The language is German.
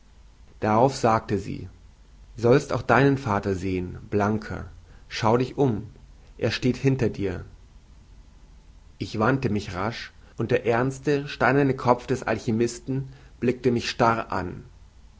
darauf sagte sie sollst auch deinen vater sehen blanker schau dich um er steht hinter dir ich wandte mich rasch und der ernste steinerne kopf des alchymisten blickte mich starr an